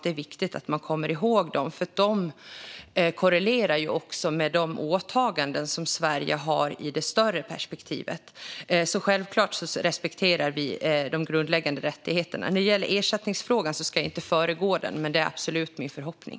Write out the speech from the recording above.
Det är viktigt att komma ihåg dem eftersom de korrelerar med de åtaganden som Sverige har i det större perspektivet. Självklart respekterar vi de grundläggande rättigheterna. Jag ska inte föregå resultatet av utredningen om ersättningsfrågan, men det är absolut min förhoppning.